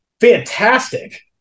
fantastic